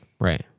right